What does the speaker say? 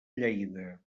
lleida